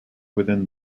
within